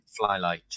Flylight